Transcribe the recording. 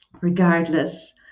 regardless